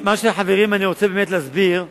רוצה באמת להסביר שאנחנו,